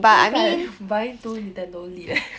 that's like buying two Nintendo switch eh